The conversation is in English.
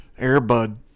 Airbud